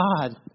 God